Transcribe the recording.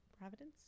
providence